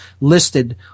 listed